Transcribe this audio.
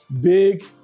big